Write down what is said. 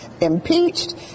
impeached